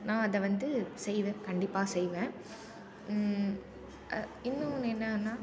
நான் அதை வந்து செய்வேன் கண்டிப்பாக செய்வேன் இன்னொன்று என்னன்னா